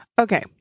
Okay